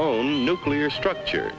own nuclear structure